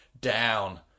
Down